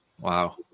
wow